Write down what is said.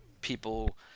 people